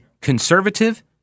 conservative